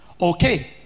okay